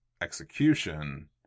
execution